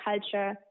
culture